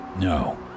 No